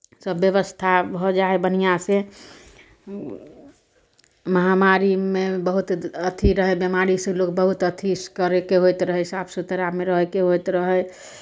सभ व्यवस्था भऽ जाइ हइ बढ़िआँसँ महामारीमे बहुत अथि रहै बिमारीसँ लोक बहुत अथि स् करयके होइत रहै साफ सुथरामे रहयके होइत रहै